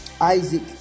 Isaac